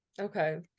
okay